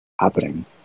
happening